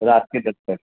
رات کے دس تک